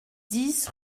dix